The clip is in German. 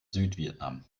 südvietnam